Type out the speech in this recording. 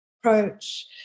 approach